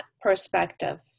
perspective